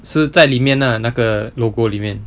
是在里面 lah 那个 logo 里面